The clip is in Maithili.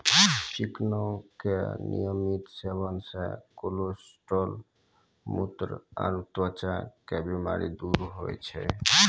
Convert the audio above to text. चिकना के नियमित सेवन से कोलेस्ट्रॉल, मुत्र आरो त्वचा के बीमारी दूर होय छै